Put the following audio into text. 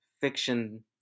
fiction